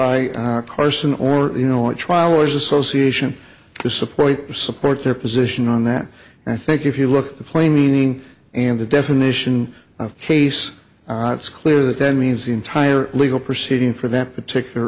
by carson or you know a trial lawyers association to support support their position on that and i think if you look at the plain meaning and the definition of case it's clear that that means the entire legal proceeding for that particular